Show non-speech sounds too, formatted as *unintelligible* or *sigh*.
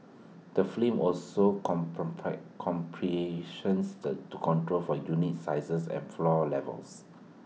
the film also *unintelligible* comparisons the control for unit sizes and floor levels